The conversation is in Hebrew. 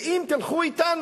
ואם תלכו אתנו,